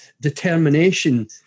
determination